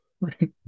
Right